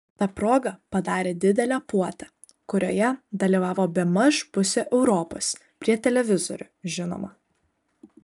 ta proga padarė didelę puotą kurioje dalyvavo bemaž pusė europos prie televizorių žinoma